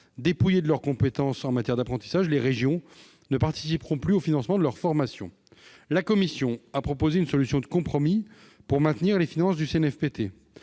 Dépouillées de leur compétence en matière d'apprentissage, les régions ne participeront plus au financement de leur formation. La commission a proposé une solution de compromis pour maintenir les finances du CNFPT,